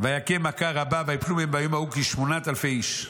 ויכם מכה רבה ויפלו מהם ביום ההוא כשמונת אלפי איש".